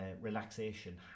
relaxation